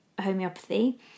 homeopathy